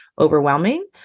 overwhelming